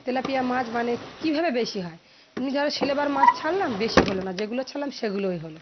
tilapia মাছ মানে কীভাবে বেশি হয় এমনি ধরো সিলভার মাছ ছাড়লাম বেশি হলো না যেগুলো ছাড়লাম সেগুলোই হলো